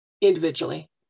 individually